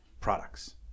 products